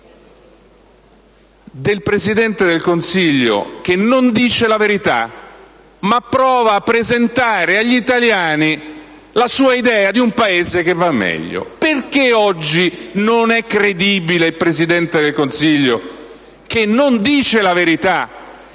del Presidente del Consiglio che non dice la verità, ma prova a presentare agli italiani la sua idea di un Paese che va meglio. Perché oggi non è credibile il Presidente del Consiglio che non dice la verità